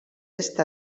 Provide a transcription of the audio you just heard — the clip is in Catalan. est